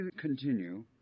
continue